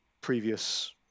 previous